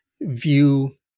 view